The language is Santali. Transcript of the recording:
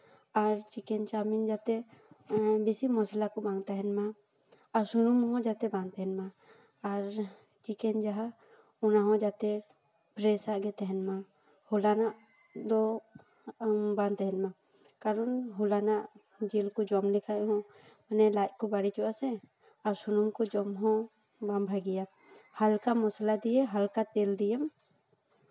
ᱟᱨ ᱪᱤᱠᱮᱱ ᱪᱟᱣᱢᱤᱱ ᱡᱟᱛᱮ ᱵᱮᱥᱤ ᱢᱚᱥᱞᱟ ᱠᱚ ᱵᱟᱝ ᱛᱟᱦᱮᱱ ᱢᱟ ᱟᱨ ᱥᱩᱱᱩᱢ ᱦᱚᱸ ᱡᱟᱛᱮ ᱵᱟᱝ ᱛᱟᱦᱮᱱ ᱢᱟ ᱟᱨ ᱪᱤᱠᱮᱱ ᱡᱟᱦᱟᱸ ᱚᱱᱟᱦᱚᱸ ᱡᱟᱛᱮ ᱯᱷᱮᱨᱮᱥᱟᱜ ᱜᱮ ᱛᱟᱦᱮᱱ ᱢᱟ ᱦᱚᱞᱟ ᱱᱟᱜ ᱫᱚ ᱵᱟᱝ ᱛᱟᱦᱮᱱ ᱢᱟ ᱠᱟᱨᱚᱱ ᱦᱚᱞᱟ ᱱᱟᱜ ᱡᱤᱞ ᱠᱚ ᱡᱚᱢ ᱞᱮᱠᱷᱟᱡ ᱦᱚᱸ ᱚᱱᱮ ᱞᱟᱡ ᱠᱚ ᱵᱟᱹᱲᱤᱡᱚᱜᱼᱟ ᱥᱮ ᱟᱨ ᱥᱩᱱᱩᱢ ᱠᱚ ᱡᱚᱢ ᱦᱚᱸ ᱵᱟᱝ ᱵᱷᱟᱹᱜᱤᱭᱟ ᱦᱟᱞᱠᱟ ᱢᱚᱥᱞᱟ ᱫᱤᱭᱮ ᱦᱟᱞᱠᱟ ᱛᱮᱞ ᱫᱤᱭᱮ